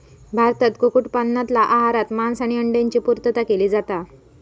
भारतात कुक्कुट पालनातना आहारात मांस आणि अंड्यांची पुर्तता केली जाता